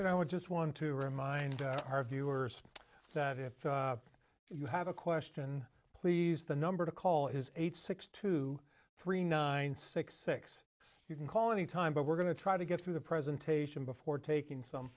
david i would just want to remind our viewers that if you have a question please the number to call is eight six two three nine six six you can call anytime but we're going to try to get through the presentation before taking some